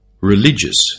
religious